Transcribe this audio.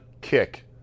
kick